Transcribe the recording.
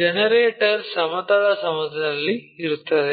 generator ಸಮತಲ ಸಮತಲದಲ್ಲಿ ಇರುತ್ತದೆ